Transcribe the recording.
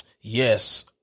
Yes